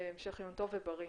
המשך יום טוב ובריא.